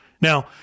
Now